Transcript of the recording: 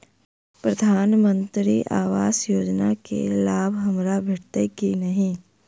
प्रधानमंत्री आवास योजना केँ लाभ हमरा भेटतय की नहि?